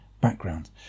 background